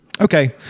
okay